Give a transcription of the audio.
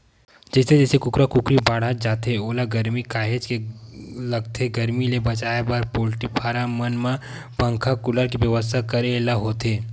जइसे जइसे कुकरा कुकरी बाड़हत जाथे ओला गरमी काहेच के लगथे गरमी ले बचाए बर पोल्टी फारम मन म पंखा कूलर के बेवस्था करे ल होथे